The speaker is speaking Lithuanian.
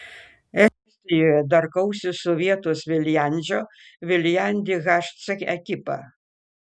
estijoje dar kausis su vietos viljandžio viljandi hc ekipa